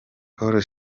paul